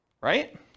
Right